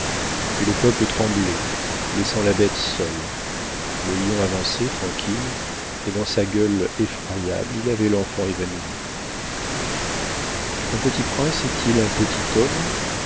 et le peuple tremblait laissant la bête seule le lion avançait tranquille et dans sa gueule effroyable il avait l'enfant évanoui un petit prince est-il un petit homme